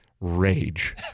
rage